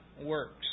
works